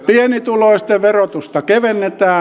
pienituloisten verotusta kevennetään